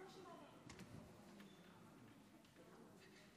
שלום לכנסת, שלום ליושב-ראש.